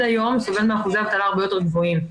היום ס ובל מאחוזי אבטלה הרבה יותר גבוהים.